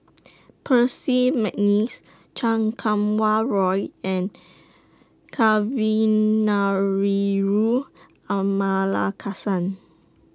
Percy Mcneice Chan Kum Wah Roy and Kavignareru Amallathasan